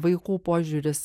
vaikų požiūris